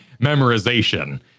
memorization